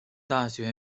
大学